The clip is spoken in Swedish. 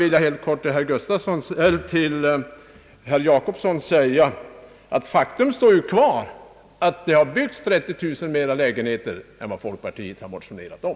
Till herr Jacobsson vill jag helt kort säga att det faktum står kvar att det har byggts 30000 lägenheter mer än vad folkpartiet har motionerat om.